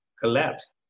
collapsed